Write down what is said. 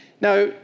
Now